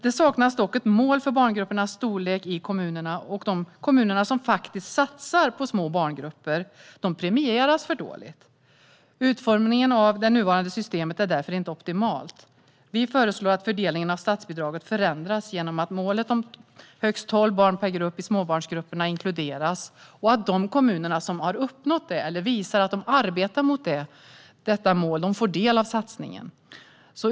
Det saknas dock ett mål för barngruppernas storlek, och de kommuner som faktiskt satsar på små barngrupper premieras för dåligt. Utformningen av det nuvarande systemet är därför inte optimal. Vi föreslår att fördelningen av statsbidraget förändras genom att målet om högst tolv barn i småbarnsgrupperna inkluderas och att de kommuner som har uppnått eller visar att de arbetar mot detta mål får del av satsningen.